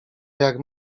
jak